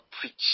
preach